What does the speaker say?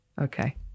Okay